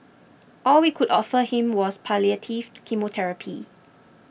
all we could offer him was palliative chemotherapy